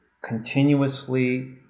continuously